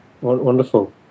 Wonderful